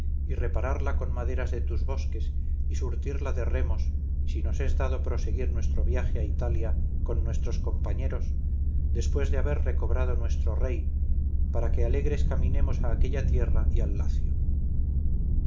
y repararla con maderas de tus bosques y surtirla de remos si nos es dado proseguir nuestro viaje a italia con nuestros compañeros después de haber recobrado nuestro rey para que alegres caminemos a aquella tierra y al lacio